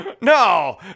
No